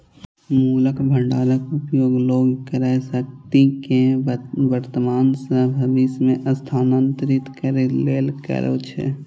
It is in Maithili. मूल्य भंडारक उपयोग लोग क्रयशक्ति कें वर्तमान सं भविष्य मे स्थानांतरित करै लेल करै छै